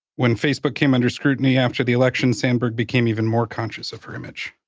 when facebook came under scrutiny after the election, sandberg became even more conscious of her image.